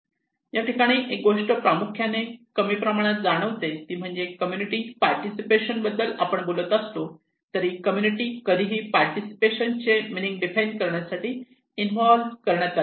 याठिकाणी एक गोष्ट प्रामुख्याने कमी प्रमाणात जाणवते ती म्हणजे कम्युनिटी पार्टिसिपेशन बद्दल आपण बोलत असलो तरी कम्युनिटी कधीही पार्टिसिपेशन चे मिनिंग डिफाइन करण्यासाठी इन्व्हॉल्व्ह करण्यात आली नाही